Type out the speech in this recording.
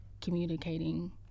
communicating